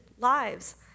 lives